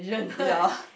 ya